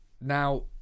Now